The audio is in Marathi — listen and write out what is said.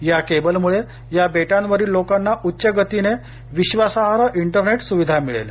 या केबलमुळे या बेटांवरील लोकांना उच्च गतीने विश्वासार्ह इंटरनेट सुविधा मिळेल